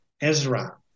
Ezra